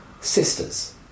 Sisters